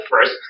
first